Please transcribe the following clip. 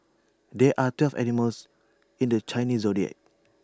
there are twelve animals in the Chinese Zodiac